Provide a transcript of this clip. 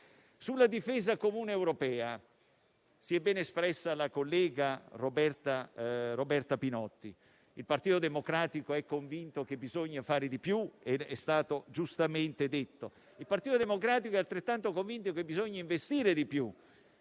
Sulla difesa comune europea si è ben espressa la collega Roberta Pinotti: il Partito Democratico è convinto che bisogna fare di più, come è stato giustamente detto. Il Partito Democratico è altrettanto convinto che bisogna investire di più